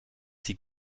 sie